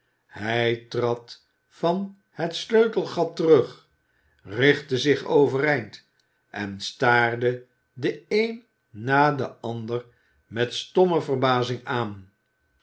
hij trad van het sleutelgat terug richtte zich overeind en staarde den een na den ander met stomme verbazing aan